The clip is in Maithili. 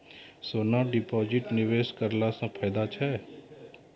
सोना डिपॉजिट निवेश करला से फैदा छै?